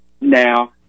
now